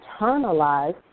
internalize